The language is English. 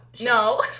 No